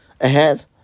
ahead